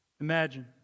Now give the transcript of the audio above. Imagine